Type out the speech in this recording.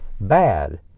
bad